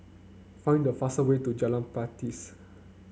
find the fast way to Jalan Pakis